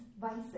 vices